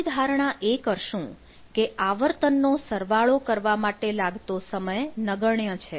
બીજી ધારણા એ કરશું કે આવર્તન નો સરવાળો કરવા માટે લાગતો સમય નગણ્ય છે